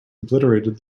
obliterated